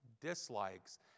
dislikes